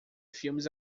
filmes